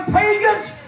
pagans